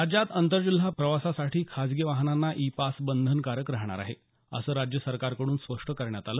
राज्यात आंतरजिल्हा प्रवासासाठी खाजगी वाहनांना ई पास बंधनकारक राहणार आहे असं राज्य सरकारकडून स्पष्ट करण्यात आलं